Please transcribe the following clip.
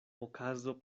okazo